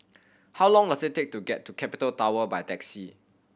how long was it take to get to Capital Tower by taxi